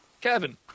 Kevin